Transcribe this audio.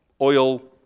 oil